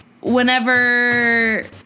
whenever